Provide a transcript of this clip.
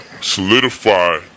solidify